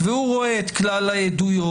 והוא רואה את כלל העדויות?